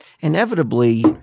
inevitably